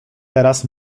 teraz